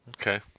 Okay